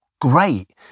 great